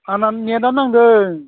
आंना नेटआ नांदों